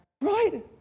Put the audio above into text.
right